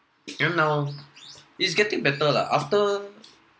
then now it's getting better lah after